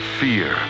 fear